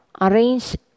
arrange